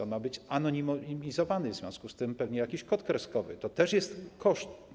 On ma być anonimizowany, w związku z tym pewnie jakiś kod kreskowy, a to też jest koszt.